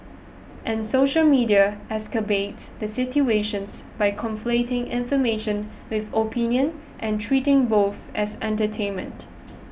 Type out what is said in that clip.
and social media the situations by conflating information with opinion and treating both as entertainment